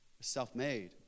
self-made